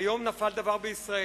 היום נפל דבר בישראל.